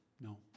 No